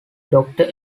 doctor